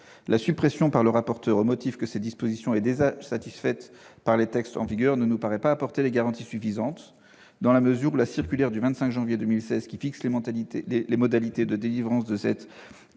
proposée par le rapporteur, au motif que cette disposition est déjà satisfaite par les textes en vigueur, ne nous paraît pas apporter les garanties suffisantes, dans la mesure où la circulaire du 25 janvier 2016, qui fixe les modalités de délivrance de